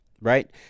right